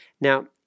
Now